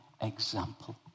example